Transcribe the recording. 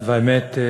והאמת,